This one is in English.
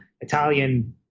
Italian-